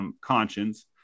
conscience